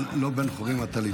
אבל לא בן חורין אתה להיבטל.